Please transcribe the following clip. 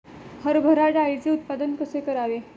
हरभरा डाळीचे उत्पादन कसे करावे?